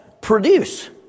produce